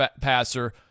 passer